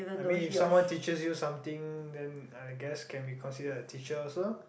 I mean if someone teaches you something then I guess can be considered a teacher also lor